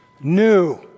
new